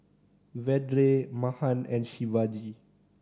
Vedre Mahan and Shivaji